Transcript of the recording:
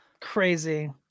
crazy